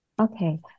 Okay